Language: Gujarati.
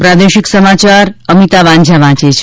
પ્રાદેશિક સમાચાર અમિતા વાંઝા વાંચે છે